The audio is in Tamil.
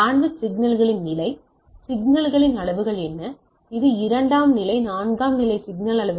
சிக்னல்களின் நிலை சிக்னல்களின் அளவுகள் என்ன இது 2 நிலை 4 நிலை சிக்னல்களின் அளவுகள் என்ன